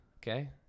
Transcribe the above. Okay